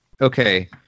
okay